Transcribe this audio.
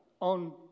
on